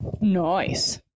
nice